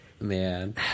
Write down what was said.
Man